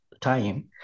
time